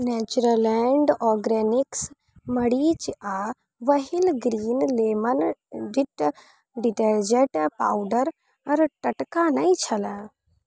Natureland Organics मरीच आ वहील ग्रीन लेमन डिट डिटर्जेंट पाउडर टटका नहि छलाह